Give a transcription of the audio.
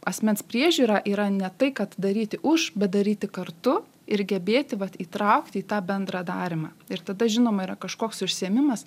asmens priežiūra yra ne tai kad daryti už bet daryti kartu ir gebėti vat įtraukti į tą bendrą darymą ir tada žinoma yra kažkoks užsiėmimas